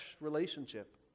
relationship